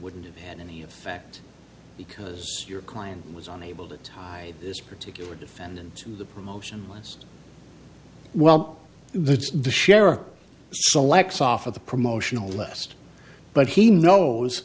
wouldn't have had any effect because your client was unable that this particular defendant in the promotion was well the the sheriff selects off of the promotional list but he knows